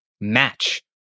match